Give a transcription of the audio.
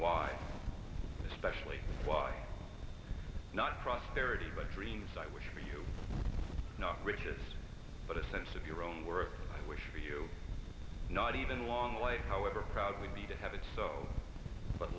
why specially why not prosperity but dreams i wish for you not riches but a sense of your own worth wish for you not even one life however proud would be to have it so but